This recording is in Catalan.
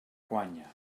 guanya